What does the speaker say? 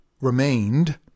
remained